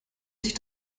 sich